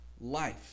life